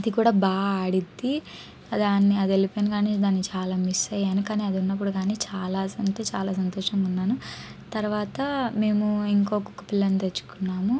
అది కూడా బాగా ఆడుద్ది దాన్నే అది వెళ్ళిపోయినా కానీ దాన్ని చాలా మిస్ అయ్యాను కానీ అది ఉన్నప్పుడు కానీ చాలా స చాలా సంతోషంగా ఉన్నాను తర్వాత మేము ఇంకో కుక్క పిల్లను తెచ్చుకున్నాము